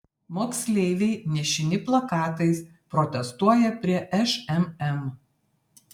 moksleiviai nešini plakatais protestuoja prie šmm